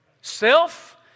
Self